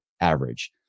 average